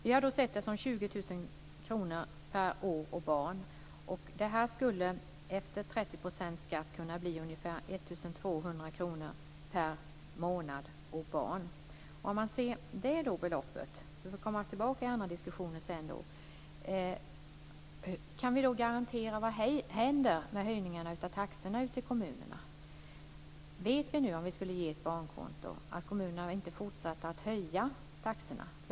Vi har sett detta som 20 000 kr per år och barn. Det skulle efter 30 % skatt kunna bli ungefär 1 200 kr per månad och barn. Om vi utgår från det beloppet - vi får komma tillbaka i andra diskussioner sedan - kan vi då garantera vad som händer med höjningarna av taxorna ute i kommunerna? Vet vi nu, om vi skulle införa ett barnkonto, att kommunerna inte fortsätter att höja taxorna?